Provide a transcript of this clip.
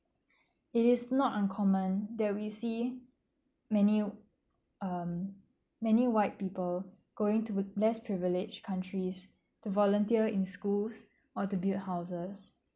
it is not uncommon that we see many um many white people going to less privilege countries to volunteer in schools or to build houses